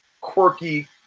quirky